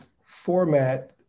format